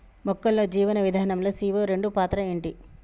మొక్కల్లో జీవనం విధానం లో సీ.ఓ రెండు పాత్ర ఏంటి?